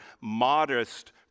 modest